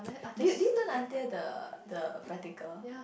did did you learn until the the practical